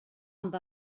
amb